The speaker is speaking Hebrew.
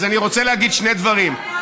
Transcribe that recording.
אז אני רוצה להגיד שני דברים,